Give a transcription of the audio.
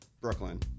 Brooklyn